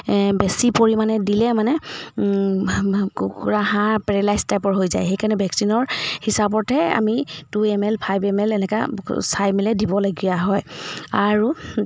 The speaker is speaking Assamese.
বেছি পৰিমাণে দিলে মানে কুকুৰা হাঁহ পেৰেলাইজ টাইপৰ হৈ যায় সেইকাৰণে ভেকচিনৰ হিচাপতহে আমি two M L five M L এনেকৈ চাই মিলাই দিবলগীয়া হয় আৰু